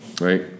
right